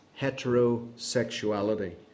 heterosexuality